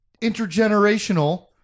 Intergenerational